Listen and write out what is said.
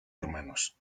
hermanos